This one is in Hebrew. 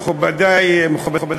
ולאחר מכן,